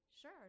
sure